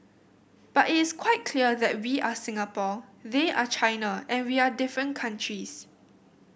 but it is quite clear that we are Singapore they are China and we are different countries